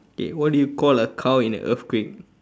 okay what do you call a cow in an earthquake